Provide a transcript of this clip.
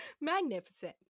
Magnificent